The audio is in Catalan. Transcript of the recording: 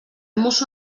mosso